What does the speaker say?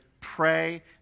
pray